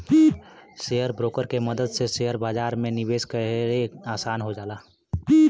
share broker के मदद से शेयर बाजार में निवेश करे आसान हो जाला